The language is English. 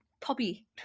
puppy